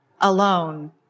alone